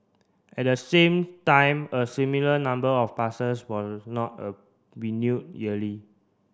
at the same time a similar number of passes were not a renewed yearly